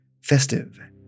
festive